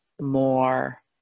more